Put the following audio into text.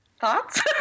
Thoughts